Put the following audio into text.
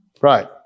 Right